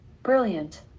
Brilliant